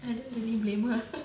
I don't really blame her